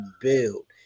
build